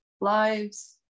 lives